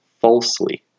falsely